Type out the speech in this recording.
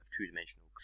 two-dimensional